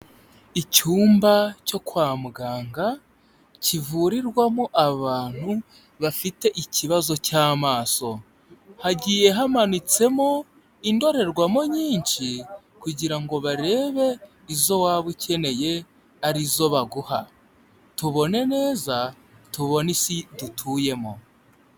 Icyumba cyo kwa muganga kivurirwamo abantu bafite ikibazo cy'amaso, hagiye hamanitsemo indorerwamo nyinshi kugira ngo barebe izo waba ukeneye arizo baguha, tubone neza tubona Isi dutuyemo.